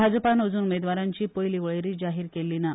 भाजपान अजुन उमेदवरांची पयली वळेरी जाहीर केल्ली ना